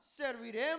serviremos